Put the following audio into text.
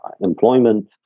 employment